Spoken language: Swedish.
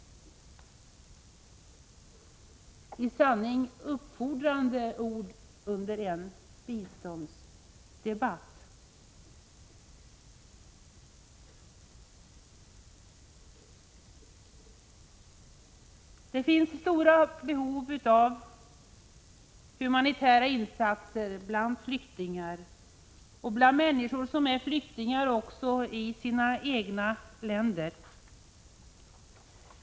I sanning uppfordrande ord under en biståndsdebatt! Det finns stora behov av humanitära insatser bland flyktingar och bland människor som är flyktingar också i sina egna länder.